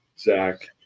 Zach